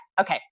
okay